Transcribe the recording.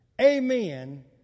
Amen